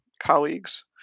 colleagues